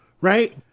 right